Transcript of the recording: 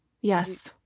yes